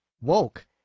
woke